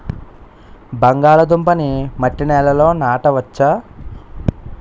బంగాళదుంప నీ మట్టి నేలల్లో నాట వచ్చా?